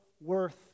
worth